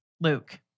Luke